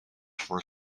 for